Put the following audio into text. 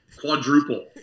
quadruple